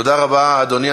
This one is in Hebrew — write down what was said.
תודה רבה, אדוני.